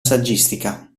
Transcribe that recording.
saggistica